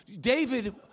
David